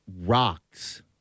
rocks